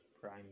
Prime